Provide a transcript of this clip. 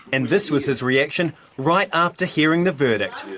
and this was his reaction right after hearing the verdict.